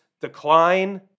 decline